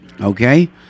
okay